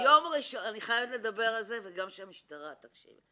ואני רוצה שהמשטרה תקשיב.